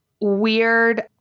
weird